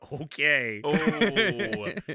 Okay